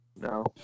No